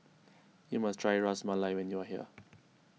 you must try Ras Malai when you are here